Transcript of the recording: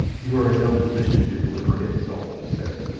you are in no position to deliver insults, he said.